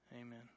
Amen